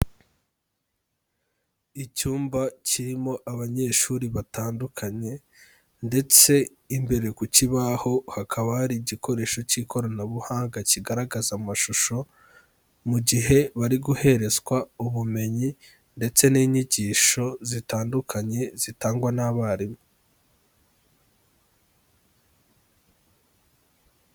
Icyumba kirimo abanyeshuri batandukanye ndetse imbere ku kibaho hakaba hari igikoresho k'ikoranabuhanga kigaragaza amashusho, mu gihe bari guherezwa ubumenyi ndetse n'inyigisho zitandukanye zitangwa n'abarimu.